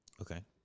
Okay